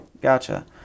Gotcha